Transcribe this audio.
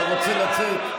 אתה רוצה לצאת?